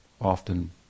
often